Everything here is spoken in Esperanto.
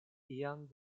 iam